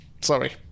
sorry